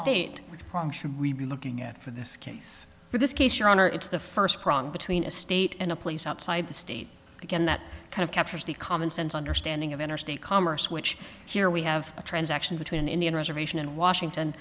state which should we be looking at for this case for this case your honor it's the first prong between a state and a place outside the state again that kind of captures the common sense understanding of interstate commerce which here we have a transaction between an indian reservation and washington